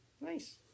nice